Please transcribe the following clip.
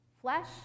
flesh